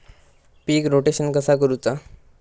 पीक rotation कसा करूचा?